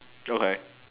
okay